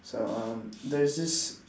so um there is this